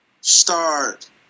start